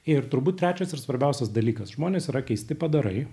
ir turbūt trečias ir svarbiausias dalykas žmonės yra keisti padarai